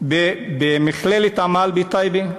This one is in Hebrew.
במכללת "עמל" בטייבה,